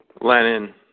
Lenin